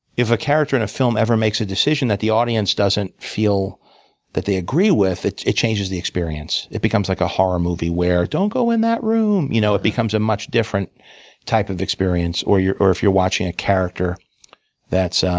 if a character in a film ever makes a decision that the audience doesn't feel that they agree with, it it changes the experience. it becomes like a horror movie, where don't go in that room! you know it becomes a much different type of experience. or if you're watching a character that's